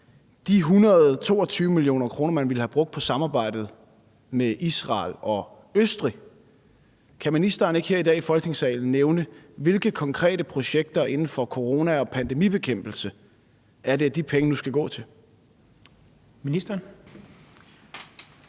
de 122 mio. kr., man ville have brugt på samarbejdet med Israel og Østrig, ikke her i dag i Folketingssalen nævne, hvilke konkrete projekter inden for corona- og pandemibekæmpelse de penge nu skal gå til?